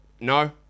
no